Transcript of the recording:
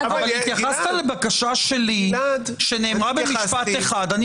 התייחסת לבקשה שלי, שנאמרה במשפט אחד.